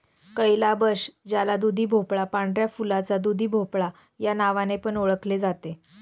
calabash ज्याला दुधीभोपळा, पांढऱ्या फुलाचा दुधीभोपळा या नावाने पण ओळखले जाते